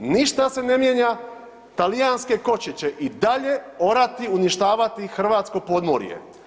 Ništa se ne mijenja, talijanske koće će i dalje orati i uništavati hrvatsko podmorje.